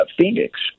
Phoenix